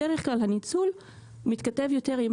בדרך כלל הניצול מתכתב יותר עם